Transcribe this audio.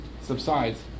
subsides